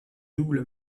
double